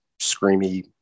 screamy